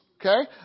Okay